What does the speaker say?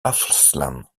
afslaan